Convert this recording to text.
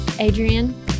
Adrienne